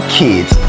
kids